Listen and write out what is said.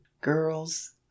girls